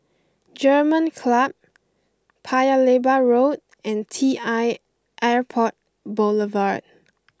German Club Paya Lebar Road and T I Airport Boulevard